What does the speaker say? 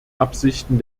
absichten